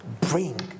bring